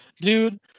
Dude